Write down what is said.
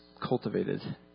cultivated